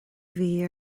bhí